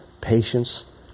patience